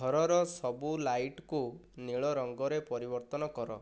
ଘରର ସବୁ ଲାଇଟ୍କୁ ନୀଳ ରଙ୍ଗରେ ପରିବର୍ତ୍ତନ କର